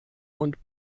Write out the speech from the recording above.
und